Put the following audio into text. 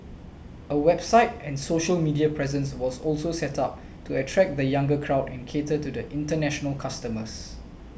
a website and social media presence was also set up to attract the younger crowd and cater to international customers